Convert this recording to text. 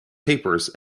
papers